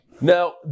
Now